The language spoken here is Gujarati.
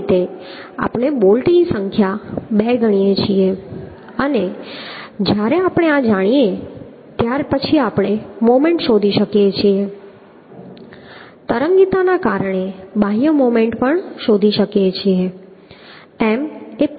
સામાન્ય રીતે આપણે બોલ્ટની સંખ્યા 2 ગણીએ છીએ અને જ્યારે આપણે આ જાણીએ છીએ ત્યાર પછી આપણે મોમેન્ટ શોધી શકીએ છીએ તરંગીતાને કારણે બાહ્ય મોમેન્ટ પણ શોધી શકીએ છીએ